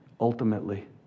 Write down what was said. ultimately